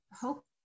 hope